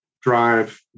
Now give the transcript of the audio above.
drive